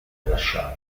lasciata